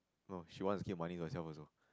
oh she wants to keep money herself also